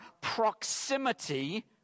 proximity